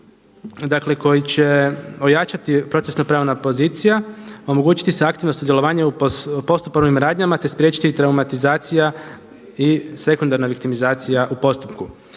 dakle koji će ojačati procesna pravna pozicija, omogućiti se aktivno sudjelovanje u postupovnim radnjama, te spriječiti traumatizacija i sekundarna viktimizacija u postupku.